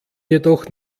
jedoch